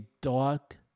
dark